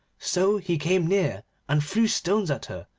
so he came near and threw stones at her,